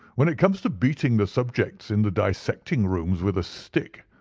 when it comes to beating the subjects in the dissecting-rooms with a stick,